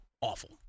awful